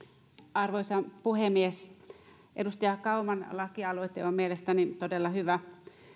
arvoisa puhemies edustaja kauman lakialoite on mielestäni todella hyvä